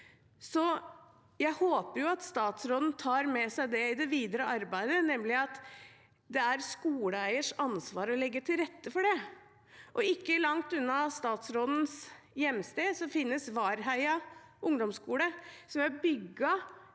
Jeg håper at statsråden tar med seg det i det videre arbeidet, nemlig at det er skoleeiers ansvar å legge til rette for det. Ikke langt unna statsrådens hjemsted ligger Vardheia ungdomsskule, som er et